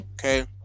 Okay